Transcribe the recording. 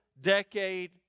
decade